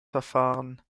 verfahren